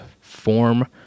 form